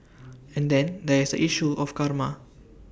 and then there is A issue of karma